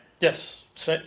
Yes